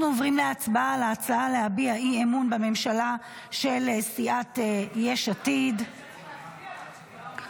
אנחנו עוברים להצבעה על ההצעה של סיעת יש עתיד להביע אי-אמון בממשלה.